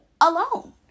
alone